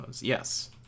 Yes